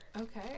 Okay